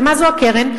ומה זו הקרן?